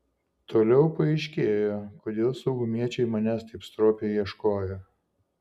toliau paaiškėjo kodėl saugumiečiai manęs taip stropiai ieškojo